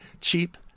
cheap